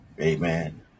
Amen